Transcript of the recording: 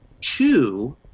two